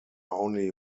only